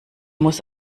muss